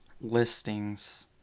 listings